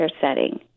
setting